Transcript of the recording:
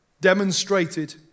demonstrated